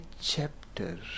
chapter